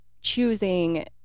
choosing